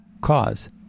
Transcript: cause